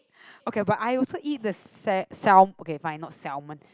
okay but I also the sa~ okay but is not salmon